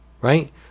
Right